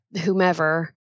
whomever